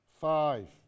Five